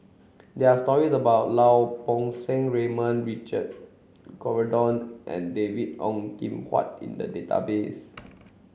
there are stories about Lau Poo Seng Raymond Richard Corridon and David Ong Kim Huat in the database